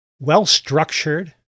well-structured